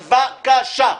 בבקשה, בבקשה.